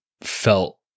felt